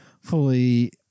fully